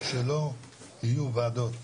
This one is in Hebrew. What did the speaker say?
שלא יהיו וועדות,